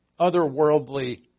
otherworldly